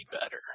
better